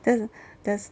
then there's